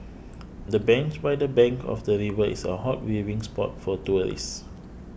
the bench by the bank of the river is a hot viewing spot for tourists